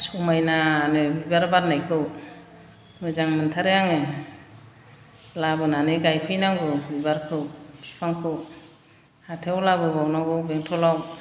समायनानो बिबार बारनायखौ मोजां मोनथारो आङो लाबोनानै गायफैनांगौ बिबारखौ बिफांखौ हाथायाव लाबोबावनांगौ बेंथ'लाव